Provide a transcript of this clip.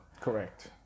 Correct